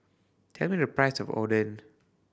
tell me the price of Oden